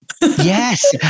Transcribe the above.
Yes